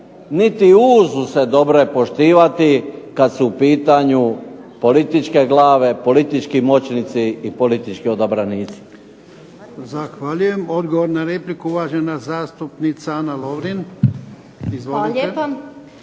niti uzuse dobro poštivati kada su u pitanju političke glave, politički moćnici i politički odabranici.